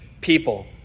people